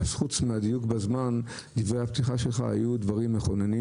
חוץ מהדיוק בזמן, דברי הפתיחה שלך היו מכוננים.